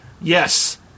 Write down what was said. yes